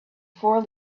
four